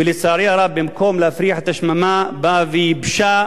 ולצערי הרב, במקום להפריח את השממה, באה וייבשה